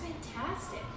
fantastic